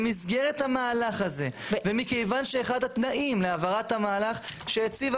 במסגרת המהלך הזה ומכיוון שאחד התנאים להעברת המהלך שהציב,